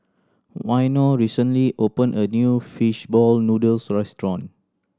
Waino recently opened a new fish ball noodles restaurant